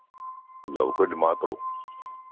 ഉയ്യോ അവൾക്ക് വേണ്ടി മാത്രേമോ